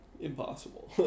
impossible